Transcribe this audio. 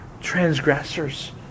transgressors